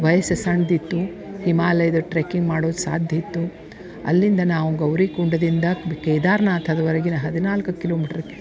ವಯಸ್ಸು ಸಣ್ದು ಇತ್ತು ಹಿಮಾಲಯ್ದ ಟ್ರೆಕ್ಕಿಂಗ್ ಮಾಡುವ ಸಾಧ್ಯ ಇತ್ತು ಅಲ್ಲಿಂದ ನಾವು ಗೌರಿಕುಂಡದಿಂದ ಬ್ ಕೇದಾರನಾಥದ್ವರೆಗಿನ ಹದಿನಾಲ್ಕು ಕಿಲೋಮೀಟ್ರ್